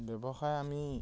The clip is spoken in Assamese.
ব্যৱসায় আমি